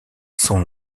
sont